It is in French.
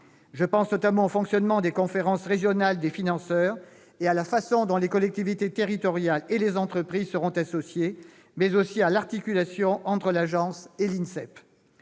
Je pense notamment au fonctionnement des conférences régionales des financeurs et à la façon dont les collectivités territoriales et les entreprises seront associées, mais aussi à l'articulation entre l'agence et l'INSEP,